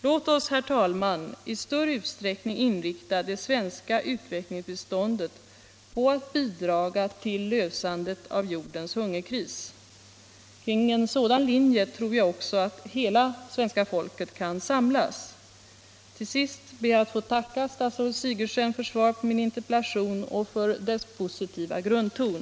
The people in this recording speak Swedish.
Låt oss, herr talman, i större utsträckning inrikta det svenska utvecklingsbiståndet på att bidraga till lösandet av jordens hungerkris. Kring en sådan linje tror jag också att hela svenska folket kan samlas. Till sist ber jag att få tacka statsrådet för svaret på min interpellation och för dess positiva grundton.